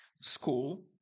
school